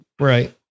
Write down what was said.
right